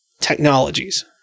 technologies